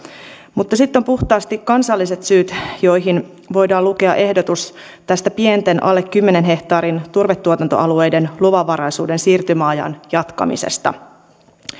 mutta sitten ovat puhtaasti kansalliset syyt joihin voidaan lukea ehdotus tästä pienten alle kymmenen hehtaarin turvetuotantoalueiden luvanvaraisuuden siirtymäajan jatkamisesta